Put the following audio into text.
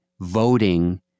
voting